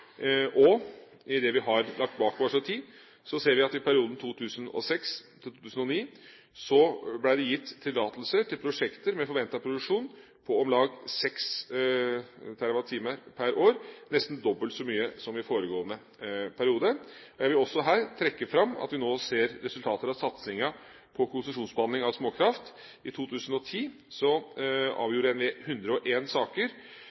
det også mye. Vi skal etablere et felles elsertifikatmarked med Sverige. I den perioden vi har lagt bak oss, 2006–2009, ble det gitt tillatelser til prosjekter med forventet produksjon på om lag 6 TWh per år, nesten dobbelt så mye som i foregående periode. Jeg vil også trekke fram at vi nå ser resultater av satsingen på konsesjonsbehandlingen av småkraft. I 2010 avgjorde NVE 101 saker, noe som f.eks. er en